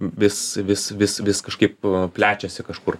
vis vis vis vis kažkaip plečiasi kažkur